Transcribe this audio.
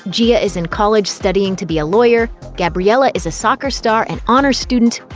yeah is in college studying to be a lawyer, gabriella is a soccer star and honors student,